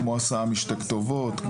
כמו הסעה משתי כתובות,